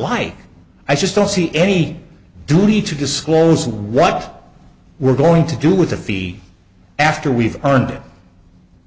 like i just don't see any duty to disclose what we're going to do with a fee after we've earned it